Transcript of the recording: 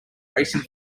racing